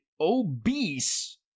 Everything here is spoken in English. obese